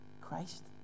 Christ